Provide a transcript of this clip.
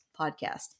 Podcast